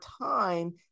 time